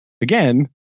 again